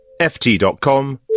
ft.com